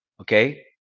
okay